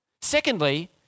secondly